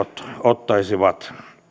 ottaisivat